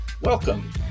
Welcome